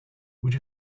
would